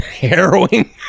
harrowing